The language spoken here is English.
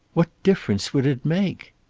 what difference would it make?